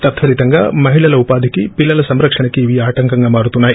తత్పలితంగా మహిళల ఉపాధికీ పిల్లల సంరక్షణకీ ఇవి ఆటంకంగా మారుతున్నాయి